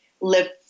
live